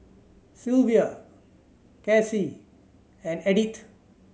Silvia Casey and Edyth